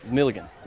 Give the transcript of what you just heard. Milligan